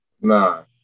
Nah